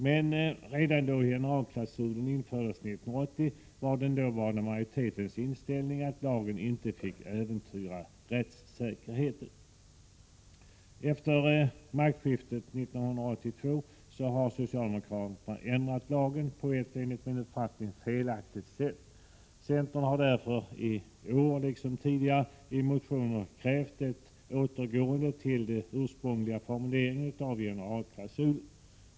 Men redan då generalklausulen infördes 1980, var den dåvarande majoritetens inställning att lagen inte fick äventyra rättssäkerheten. Efter maktskiftet 1982 har socialdemokraterna ändrat lagen på ett enligt min uppfattning felaktigt sätt. Centern har därför i år liksom tidigare i motioner krävt ett återgående till den ursprungliga formuleringen av generalklausulen.